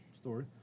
story